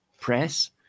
press